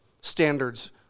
standards